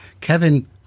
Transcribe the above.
Kevin